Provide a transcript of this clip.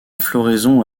floraison